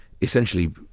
essentially